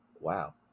Wow